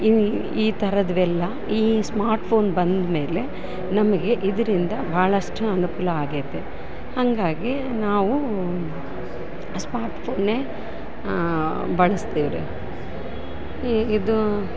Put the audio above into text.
ಈ ಈ ಥರದ್ವೆಲ್ಲ ಈ ಸ್ಮಾರ್ಟ್ಫೋನ್ ಬಂದ್ಮೇಲೆ ನಮಗೆ ಇದರಿಂದ ಭಾಳಷ್ಟು ಅನುಕೂಲ ಆಗ್ಯೈತೆ ಹಾಗಾಗಿ ನಾವು ಸ್ಮಾರ್ಟ್ಫೋನೇ ಬಳಸ್ತಿವ್ರಿ ಈ ಇದು